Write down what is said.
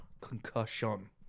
concussion